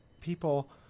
people